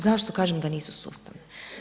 Zašto kažem da nisu sustavne?